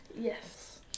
Yes